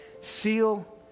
Seal